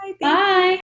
Bye